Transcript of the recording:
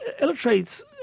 illustrates